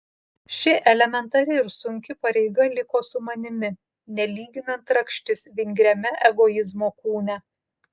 ši elementari ir sunki pareiga liko su manimi nelyginant rakštis vingriame egoizmo kūne